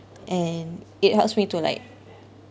and it helps me to like